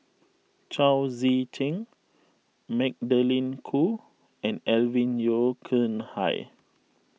Chao Tzee Cheng Magdalene Khoo and Alvin Yeo Khirn Hai